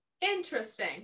interesting